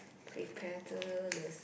prepare to lose